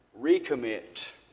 recommit